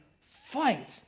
fight